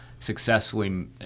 successfully